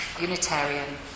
Unitarian